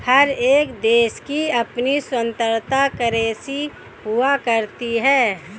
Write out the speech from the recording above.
हर एक देश की अपनी स्वतन्त्र करेंसी हुआ करती है